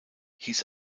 hieß